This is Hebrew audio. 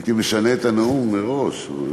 הייתי משנה את הנאום מראש.